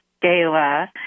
Gala